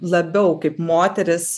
labiau kaip moterys